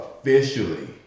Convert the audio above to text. officially